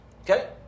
Okay